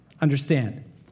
understand